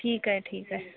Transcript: ठीक आहे ठीक आहे